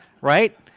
right